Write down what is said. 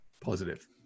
positive